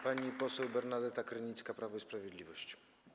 Pani poseł Bernadeta Krynicka, Prawo i Sprawiedliwość.